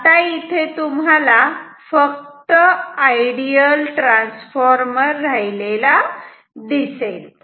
आता इथे तुम्हाला फक्त आयडियल ट्रान्सफॉर्मर राहिलेला दिसेल